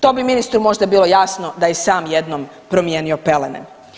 To bi ministru možda bilo jasno da je sam jednom promijenio pelene.